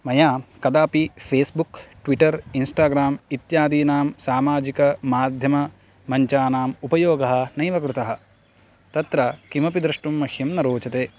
मया कदापि Facebook Twitter Instagram इत्यादीनां सामाजिकमाध्यममञ्चानाम् उपयोगः नैव कृतः तत्र किमपि द्रष्टुं मह्यं न रोचते